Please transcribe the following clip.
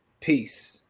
peace